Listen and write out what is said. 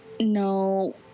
No